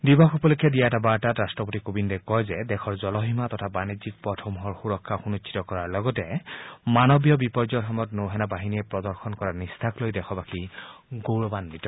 দিৱস উপলক্ষে দিয়া এটা বাৰ্তাত ৰাট্টপতি কোবিন্দে কয় যে দেশৰ জল সীমা তথা বাণিজ্যিক পথসমূহৰ সুৰক্ষা সুনিশ্চিত কৰাৰ লগতে মানৱীয় বিপৰ্য়ৰ সময়ত নৌ সেনা বাহিনীয়ে প্ৰদৰ্শন কৰা নিষ্ঠাক লৈ দেশবাসী গৌৰৱাঘিত